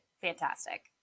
fantastic